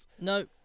No